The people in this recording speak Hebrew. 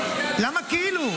אבל --- למה כאילו?